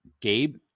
gabe